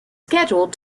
scheduled